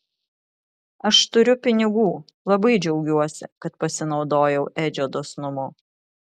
aš turiu pinigų labai džiaugiuosi kad pasinaudojau edžio dosnumu